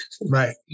Right